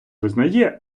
визнає